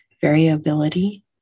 Variability